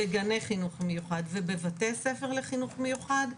בגני חינוך מיוחד ובבתי ספר לחינוך מיוחד,